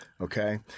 okay